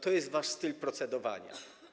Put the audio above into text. To jest wasz styl procedowania.